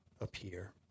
appear